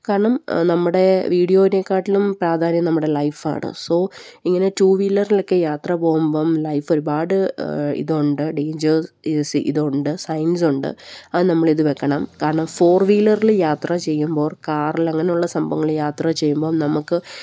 കാരണം നമ്മുടെ വീഡിയോനെക്കാട്ടിലും പ്രാധാന്യം നമ്മുടെ ലൈഫ് ആണ് സോ ഇങ്ങനെ ടു വീലറിലൊക്കെ യാത്ര പോകുമ്പം ലൈഫ് ഒരുപാട് ഇതുണ്ട് ഡേഞ്ചർ സീ ഇതുണ്ട് സൈൻസ് ഉണ്ട് അത് നമ്മൾ ഇത് വെക്കണം കാരണം ഫോർ വീലറിൽ യാത്ര ചെയ്യുമ്പോൾ കാറിൽ അങ്ങനുള്ള സംഭവങ്ങൾ യാത്ര ചെയ്യുമ്പോൾ നമുക്ക്